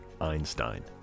Einstein